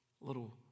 little